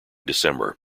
december